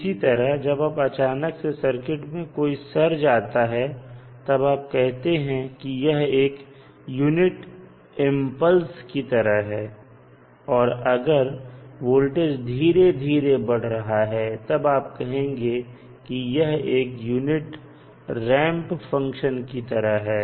इसी तरह जब अचानक से सर्किट में कोई सर्ज आता है तब आप कहते हैं कि यह एक यूनिट इंपल्स की तरह है और अगर वोल्टेज धीरे धीरे बढ़ रहा है तब आप कहेंगे कि यह एक यूनिट रैंप फंक्शन है